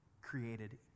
created